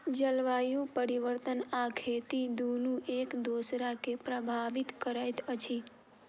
जलवायु परिवर्तन आ खेती दुनू एक दोसरा के प्रभावित करैत अछि